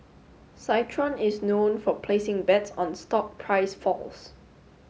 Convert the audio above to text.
citron is known for placing bets on stock price falls